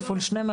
כפול 12,